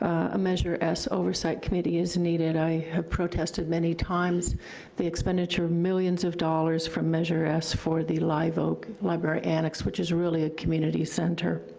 a measure s oversight committee is needed. i have protested many times the expenditure of millions of dollars from measure s for the live oak library annex, which is really a community center.